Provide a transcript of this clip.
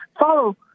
follow